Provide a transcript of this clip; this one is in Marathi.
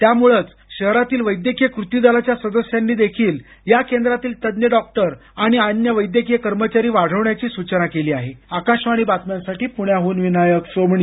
त्यामुळंच शहरातील वैद्यकीय कृती दलाच्या सदस्यांनी देखील या केंद्रातील तज्ञ डॉक्टर आणि अन्य वैद्यकीय कर्मचारी वाढवण्याची सूचना केली आहे आकाशवाणी बातम्यांसाठी पूण्याहन विनायक सोमणी